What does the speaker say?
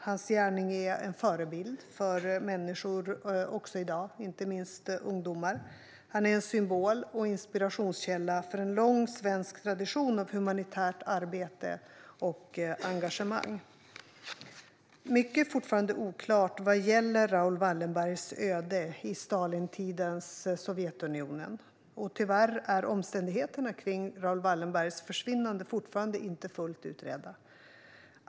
Hans gärning är en förebild för människor även i dag, inte minst för ungdomar. Han är en symbol och inspirationskälla för en lång svensk tradition av humanitärt arbete och engagemang. Mycket är fortfarande oklart vad gäller Raoul Wallenbergs öde i Stalintidens Sovjetunionen. Tyvärr är omständigheterna kring Raoul Wallenbergs försvinnande fortfarande inte fullt utredda.